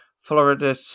Florida